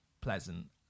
pleasant